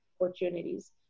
opportunities